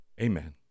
Amen